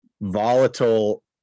volatile